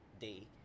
day